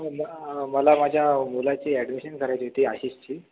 म मला माझ्या मुलाची ॲडमिशन करायची होती आशिषची